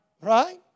Right